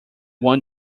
won